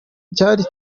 cyari